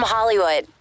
Hollywood